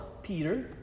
Peter